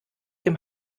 dem